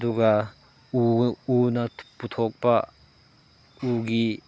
ꯑꯗꯨꯒ ꯎꯅ ꯄꯨꯊꯣꯛꯄ ꯎꯒꯤ